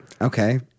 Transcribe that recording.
Okay